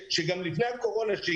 שגם לפני הקורונה,